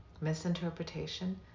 Misinterpretation